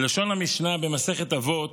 לשון המשנה במסכת אבות: